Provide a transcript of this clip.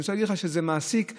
אני רוצה להגיד לך שזה מעסיק מנכ"ל,